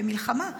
במלחמה.